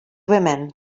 women